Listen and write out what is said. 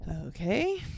Okay